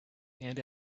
and